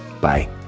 Bye